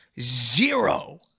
zero